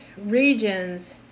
regions